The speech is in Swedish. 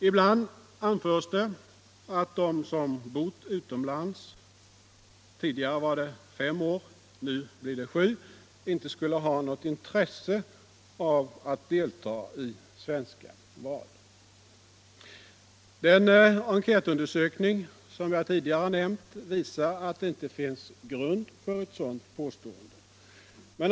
Ibland anförs det att de som bott utomlands — tidigare var det fem år, nu blir det sju — inte skulle ha något intresse att delta i svenska val. Den tidigare nämnda enkätundersökningen visar att det inte finns grund för ett sådant påstående.